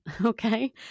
Okay